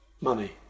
money